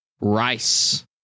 Rice